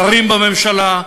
שרים בממשלה,